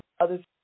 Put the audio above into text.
others